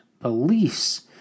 beliefs